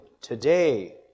today